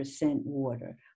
water